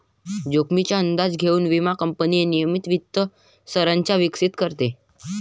जोखमीचा अंदाज घेऊन विमा कंपनी नियमित वित्त संरचना विकसित करते